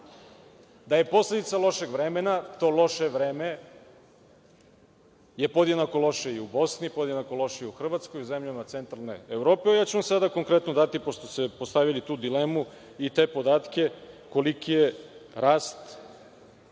Da je posledica lošeg vremena to loše vreme je podjednako loše i u Bosni, podjednako loše i u Hrvatskoj, zemljama centralne Evrope. Sada ću vam konkretno dati, pošto ste postavili tu dilemu, i te podatke, koliki je rast